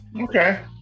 Okay